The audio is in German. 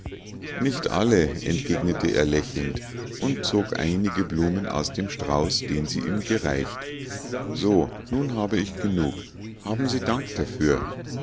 nicht alle entgegnete er lächelnd und zog einige blumen aus dem strauß den sie ihm gereicht so nun habe ich genug haben sie dank dafür